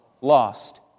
lost